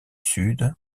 sud